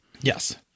Yes